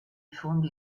fondi